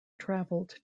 traveled